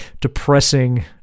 depressing